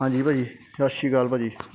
ਹਾਂਜੀ ਭਾਅ ਜੀ ਸਤਿ ਸ਼੍ਰੀ ਅਕਾਲ ਭਾਅ ਜੀ